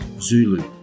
Zulu